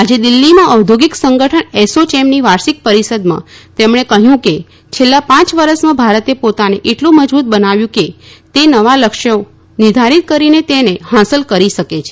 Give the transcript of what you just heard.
આજે દિલ્હીમાં ઔદ્યોગિક એસોચેમની વાર્ષિક પરિષદમાં તેમણે કહ્યું કે છેલ્લાં પાંચ વર્ષમાં ભારતે પોતાને એટલું મજબૂત બનાવ્યું કે તે નવા લક્ષ્યો નિર્ધારિત કરીને તેને હાંસલ કરી શકે છે